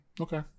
Okay